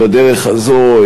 בדרך הזו,